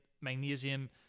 magnesium